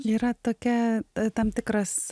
yra tokia tam tikras